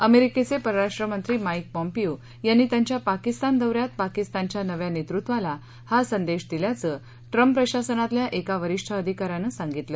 अमेरिकेचे परराष्ट्र मंत्री माईक पाँपियो यांनी त्यांच्या पाकिस्तान दौऱ्यात पाकिस्तानच्या नव्या नेतृत्वाला हा संदेश दिला असल्याचं ट्रंप प्रशासनातल्या एका वरीष्ठ अधिकाऱ्यानं सांगितलं